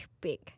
big